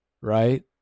right